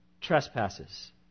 trespasses